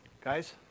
guys